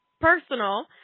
Personal